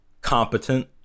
competent